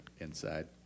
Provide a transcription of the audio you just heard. Inside